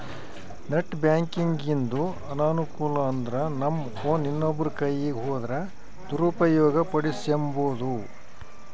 net ಬ್ಯಾಂಕಿಂಗಿಂದು ಅನಾನುಕೂಲ ಅಂದ್ರನಮ್ ಫೋನ್ ಇನ್ನೊಬ್ರ ಕೈಯಿಗ್ ಹೋದ್ರ ದುರುಪಯೋಗ ಪಡಿಸೆಂಬೋದು